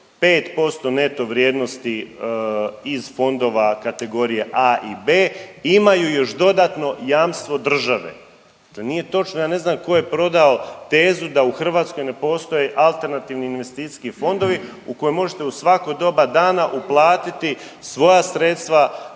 5% neto vrijednosti iz fondova kategorije A i B imaju još dodatno jamstvo države. To nije točno, ja ne znam tko je prodao tezu da u Hrvatskoj ne postoje alternativni investicijski fondovi u koje možete u svako doba dana uplatiti svoja sredstva